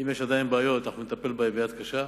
אם עדיין יש בעיות, אנחנו נטפל בהן ביד קשה.